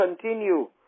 continue